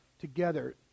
together